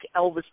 Elvis